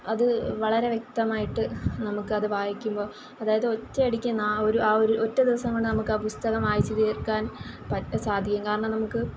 അത് വളരെ വ്യക്തമായിട്ട് നമുക്ക് അത് വായിക്കുമ്പോൾ അതായത് ഒറ്റയടിക്ക് നാ ഒരു ആ ഒരു ഒറ്റ ദിവസം കൊണ്ട് ആ ഒരു പുസ്തകം വായിച്ചു തീർക്കാൻ പ സാധിക്കും കാരണം നമുക്ക്